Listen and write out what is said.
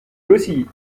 aussi